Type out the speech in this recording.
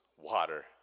water